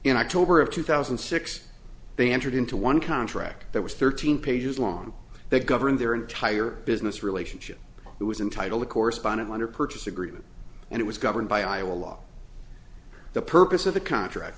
in october of two thousand and six they entered into one contract that was thirteen pages long that govern their entire business relationship it was entitle to correspondent under purchase agreement and it was governed by iowa law the purpose of the contract